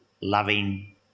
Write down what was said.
loving